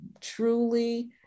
truly